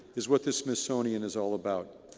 is what the smithsonian is all about.